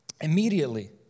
immediately